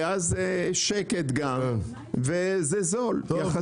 ואז יש שקט גם וזה זול יחסית.